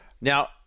Now